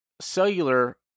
cellular